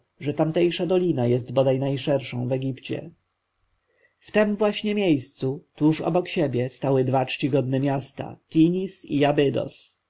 że tamtejsza dolina jest bodaj najszerszą w egipcie w tem właśnie miejscu tuż obok siebie stały dwa czcigodne miasta